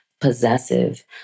possessive